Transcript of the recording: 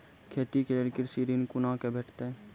खेती के लेल कृषि ऋण कुना के भेंटते?